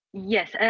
Yes